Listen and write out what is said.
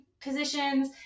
positions